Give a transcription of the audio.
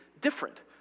different